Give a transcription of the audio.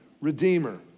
redeemer